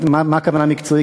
מה הכוונה מקצועי?